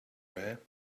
rare